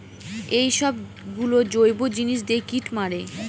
এইসব গুলো জৈব জিনিস দিয়ে কীট মারে